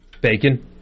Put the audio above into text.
Bacon